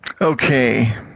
Okay